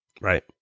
Right